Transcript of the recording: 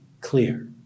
clear